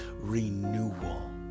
renewal